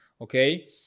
okay